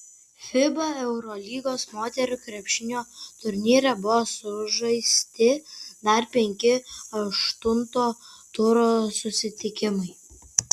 fiba eurolygos moterų krepšinio turnyre buvo sužaisti dar penki aštunto turo susitikimai